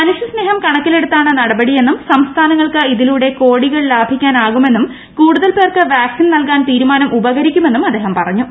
മനുഷ്യ സ്നേഹം കണക്കിലെടുത്താണ് നടപടിയെന്നും സംസ്ഥാനങ്ങൾക്ക് കോടികൾ ലാഭിക്കാനാകുമെന്നും ക്ടൂടുതൽ പേർക്ക് വാക്സിൻ നൽകാൻ തീരുമാനം ഉപകരിക്കുമെന്നും അദ്ദേഹം പറഞ്ഞു